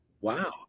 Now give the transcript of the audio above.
wow